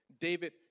David